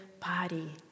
body